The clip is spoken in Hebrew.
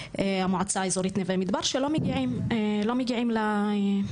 המועצה מקומית נווה מדבר שלא מגיעים לחינוך.